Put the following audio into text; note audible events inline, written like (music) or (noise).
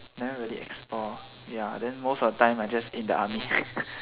never really explore ya then most of the time I just eat in the army (noise)